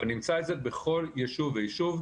אבל נמצא את זה בכל יישוב ויישוב,